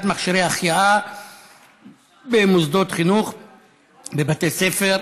מכשירי החייאה וערכות עזרה ראשונה בבתי ספר),